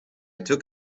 took